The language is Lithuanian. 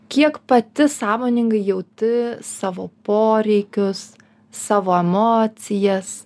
kiek pati sąmoningai jauti savo poreikius savo emocijas